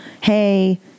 Hey